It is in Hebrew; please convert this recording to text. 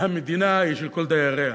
שהמדינה היא של כל דייריה.